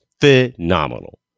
phenomenal